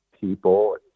people